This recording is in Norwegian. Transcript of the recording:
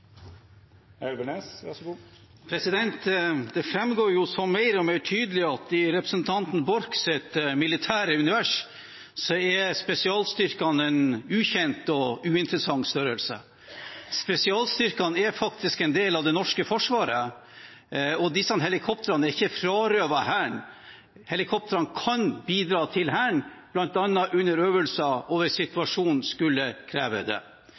Elvenes har hatt ordet to gonger tidlegare og får ordet til ein kort merknad, avgrensa til 1 minutt. Det framgår som mer og mer tydelig at i representanten Borchs militære univers er spesialstyrkene en ukjent og uinteressant størrelse. Spesialstyrkene er faktisk en del av det norske Forsvaret, og disse helikoptrene er ikke frarøvet Hæren. Helikoptrene kan bidra til Hæren, bl.a. under øvelser og hvis situasjonen skulle kreve